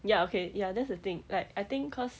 ya okay ya that's the thing like I think cause